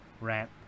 rant